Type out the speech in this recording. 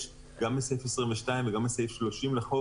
יש גם בסעיף 22 וגם בסעיף 30 לחוק